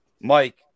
Mike